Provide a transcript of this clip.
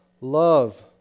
love